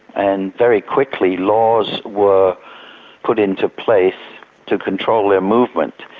and very quickly, laws were put into place to control their movement,